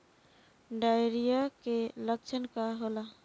Diarrhoea के लक्षण का होला?